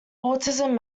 autism